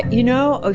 you know, ah